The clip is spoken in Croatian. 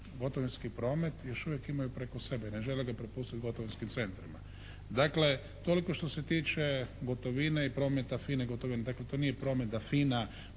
gotovinski promet još uvijek imaju preko sebe. Ne žele ga prepustiti gotovinskim centrima. Dakle toliko što se tiče gotovine i prometa FINA-e i gotovine. Dakle to nije promet da